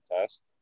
test